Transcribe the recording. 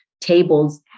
tables